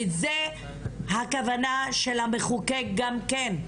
וזאת הכוונה של המחוקק גם כן,